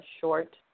short